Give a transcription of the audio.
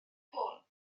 ffôn